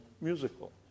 musical